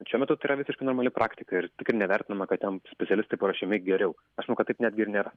bet šiuo metu tai yra visiškai normali praktika ir tikrai nevertinama kad ten specialistai paruošiami geriau aš manau kad taip netgi ir nėra